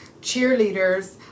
cheerleaders